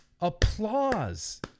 applause